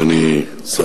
תודה רבה,